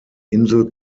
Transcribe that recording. insel